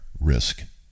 risk